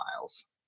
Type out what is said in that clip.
miles